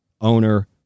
owner